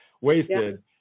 wasted